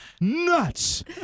Nuts